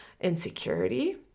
insecurity